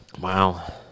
Wow